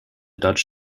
dutch